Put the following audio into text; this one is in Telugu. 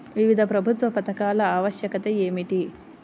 వివిధ ప్రభుత్వా పథకాల ఆవశ్యకత ఏమిటి?